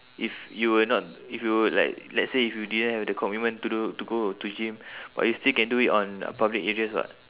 if you were not if you were like let's say if you didn't have the commitment to do to go to gym but you still can do it on public areas what